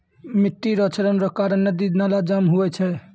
मिट्टी रो क्षरण रो कारण नदी नाला जाम हुवै छै